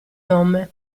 nome